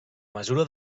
mesura